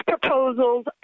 proposals